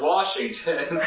Washington